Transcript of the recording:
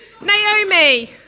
Naomi